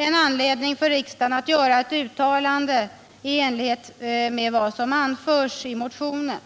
anledning för riksdagen att göra ett uttalande i enlighet med vad som anförs i motionen.